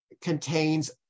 contains